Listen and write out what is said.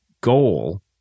goal